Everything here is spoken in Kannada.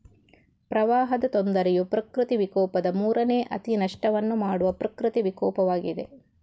ಪ್ರವಾಹದ ತೊಂದರೆಯು ಪ್ರಕೃತಿ ವಿಕೋಪದ ಮೂರನೇ ಅತಿ ನಷ್ಟವನ್ನು ಮಾಡುವ ಪ್ರಕೃತಿ ವಿಕೋಪವಾಗಿದೆ